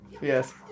Yes